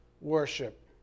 worship